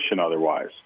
otherwise